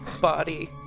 body